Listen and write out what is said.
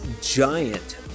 giant